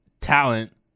talent